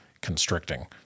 constricting